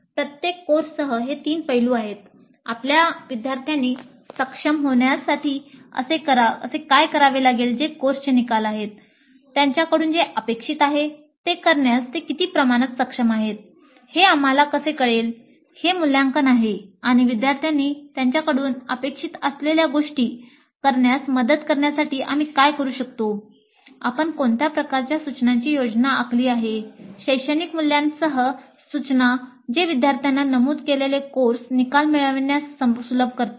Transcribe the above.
प्रत्येक कोर्ससह हे तीन पैलू आहेतः आपल्या विद्यार्थ्यांनी सक्षम होण्यासाठी असे काय करावे लागेल जे कोर्सचे निकाल आहेत त्यांच्याकडून जे अपेक्षित आहे ते करण्यास ते किती प्रमाणात सक्षम आहेत हे आम्हाला कसे कळेल हे मूल्यांकन आहे आणि विद्यार्थ्यांनी त्यांच्याकडून अपेक्षित असलेल्या गोष्टी करण्यात मदत करण्यासाठी आम्ही काय करू शकतो आपण कोणत्या प्रकारच्या सूचनांची योजना आखली आहे शैक्षणिक मुल्यांकनासह सूचना जे विद्यार्थ्यांना नमूद केलेले कोर्स निकाल मिळविण्यास सुलभ करतात